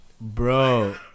Bro